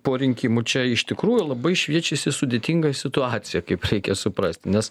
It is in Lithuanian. po rinkimų čia iš tikrųjų labai šviečiasi sudėtinga situacija kaip reikia suprasti nes